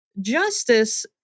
Justice